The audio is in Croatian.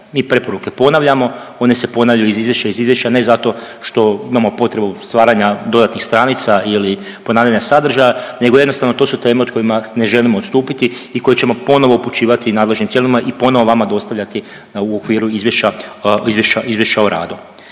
Mi preporuke ponavljamo. One se ponavljaju iz izvješća iz izvješća ne zato što imamo potrebu stvaranja dodatnih stranica ili ponavljanja sadržaja, nego jednostavno to su teme o kojima ne želimo odstupiti i koje ćemo ponovo upućivati nadležnim tijelima i ponovo vama dostavljati u okviru izvješća o radu.